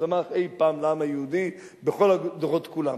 שצמח אי-פעם לעם היהודי בכל הדורות כולם,